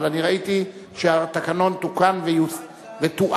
אבל אני ראיתי שהתקנון תוקן ותואם.